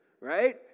Right